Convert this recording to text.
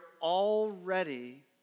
already